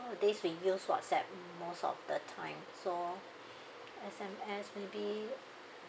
nowadays we use whatsapps most of the time so S_M_S maybe